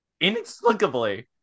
inexplicably